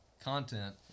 content